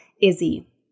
Izzy